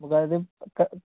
അതായത് ഒക്കെ